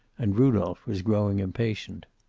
and rudolph was growing impatient.